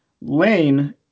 Lane